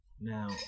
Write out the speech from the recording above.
Now